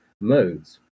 modes